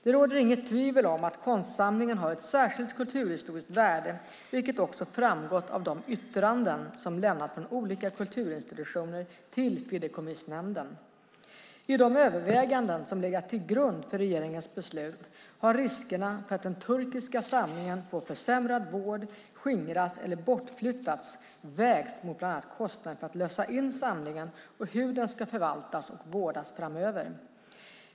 Det råder inget tvivel om att konstsamlingen har ett särskilt kulturhistoriskt värde, vilket också framgått av de yttranden som lämnats från olika kulturinstitutioner till Fideikommissnämnden. I de överväganden som legat till grund för regeringens beslut har riskerna för att den turkiska samlingen får försämrad vård, skingras eller bortflyttas vägts mot bland annat kostnaden för att lösa in samlingen och hur den ska förvaltas och vårdas framöver.